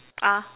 ah